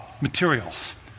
materials